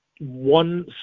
one